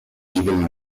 even